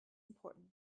important